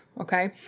Okay